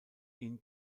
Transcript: ihn